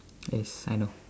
yes I know